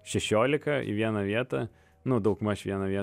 šešiolika į vieną vietą nu daugmaž į vieną vie